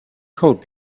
coat